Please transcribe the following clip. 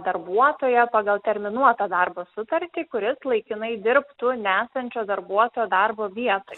darbuotoją pagal terminuotą darbo sutartį kuris laikinai dirbtų nesančio darbuotojo darbo vietoj